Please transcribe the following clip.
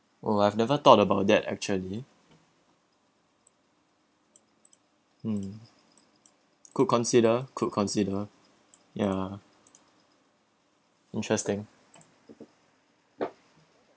oh I've never thought about that actually mm could consider could consider ya interesting